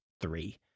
three